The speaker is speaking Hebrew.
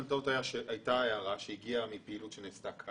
ישראל את ההתייחסות שלו לסוגיית היציבות.